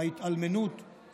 ההתאלמנות,